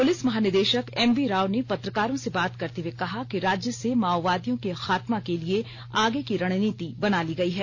police महानिदेषक M V Rao ने पत्रकारों से बात करते हुए कहा कि राज्य से माओवादियों के खात्मा के लिए आगे की रणनीति बना ली गई है